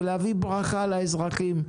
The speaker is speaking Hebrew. ולהביא ברכה לאזרחים.